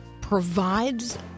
provides